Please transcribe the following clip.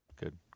Good